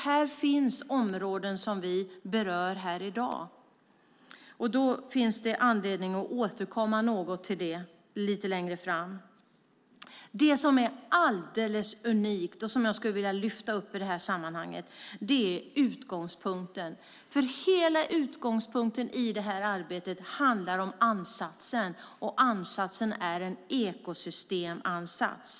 Här finns områden som vi berör i dag. Det finns anledning att återkomma något till det lite längre fram. Det som är alldeles unikt och som jag skulle vilja lyfta upp i det här sammanhanget är utgångspunkten. Utgångspunkten för det här arbetet handlar om ansatsen, och ansatsen är en ekosystemansats.